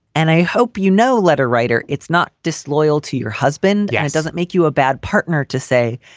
and i hope, you know, letter writer. it's not disloyal to your husband. and it doesn't make you a bad partner to say.